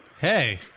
Hey